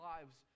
lives